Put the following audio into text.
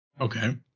Okay